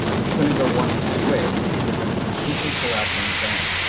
it's going to go one of two ways it's either going to completely collapse on its own